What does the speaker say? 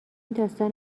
داستان